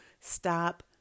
stop